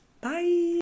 Bye